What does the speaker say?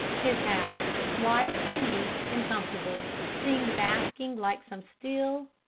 his house, white and neat and comfortable, seemed basking like some still,